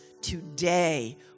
today